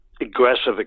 aggressive